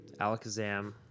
Alakazam